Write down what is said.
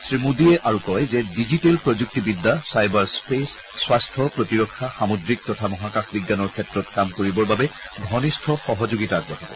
শ্ৰী মোডীয়ে আৰু কয় যে ডিজিটেল প্ৰযুক্তি বিদ্যা ছাইবাৰ স্পেছ স্বাস্থ্য প্ৰতিৰক্ষা সামুদ্ৰিক তথা মহাকাশ বিজ্ঞানৰ ক্ষেত্ৰত কাম কৰিবৰ বাবে ঘনিষ্ঠ সহযোগিতা আগবঢ়াব